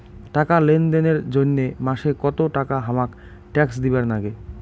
টাকা লেনদেন এর জইন্যে মাসে কত টাকা হামাক ট্যাক্স দিবার নাগে?